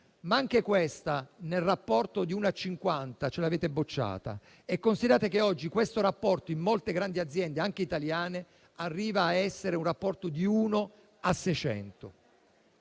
ma anche questa, nel rapporto di uno a 50, ce l'avete bocciata. Considerate che oggi questo rapporto, in molte grandi aziende, anche italiane, arriva ad essere di uno a 600.